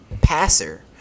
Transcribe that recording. passer